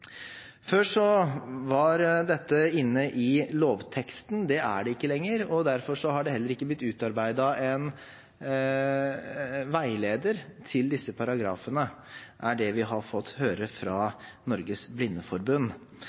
var dette inne i lovteksten. Det er det ikke lenger, og derfor er det heller ikke blitt utarbeidet en veileder til disse paragrafene, er det vi har fått høre fra Norges Blindeforbund.